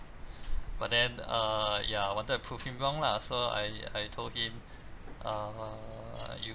but then uh ya I wanted to prove him wrong lah so I I told him err you